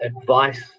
advice